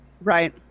right